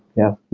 yeah,